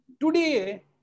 Today